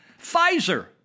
Pfizer